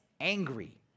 angry